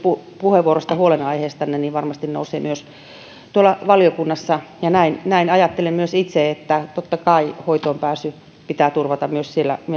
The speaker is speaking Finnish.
puheenvuoroista nämä huolenaiheet varmasti nousevat myös valiokunnassa ja näin näin ajattelen myös itse että totta kai hoitoonpääsy pitää turvata myös siellä